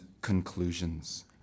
conclusions